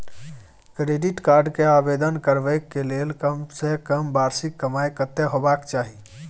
Credit card के आवेदन करबैक के लेल कम से कम वार्षिक कमाई कत्ते होबाक चाही?